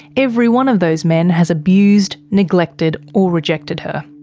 every one of those men has abused, neglected or rejected her.